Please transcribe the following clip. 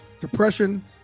depression